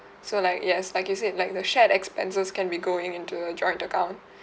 so like yes like you said like the shared expenses can be going into a joint account